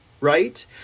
right